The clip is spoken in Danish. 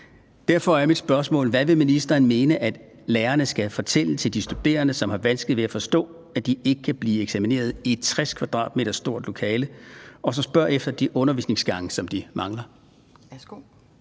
Hvad vil ministeren mene at lærerne skal fortælle de studerende, som har vanskeligt ved at forstå, at de ikke kan blive eksamineret i et 60 m² stort lokale, og som spørger efter de undervisningsgange, som de mangler?